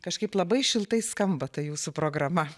kažkaip labai šiltai skamba ta jūsų programa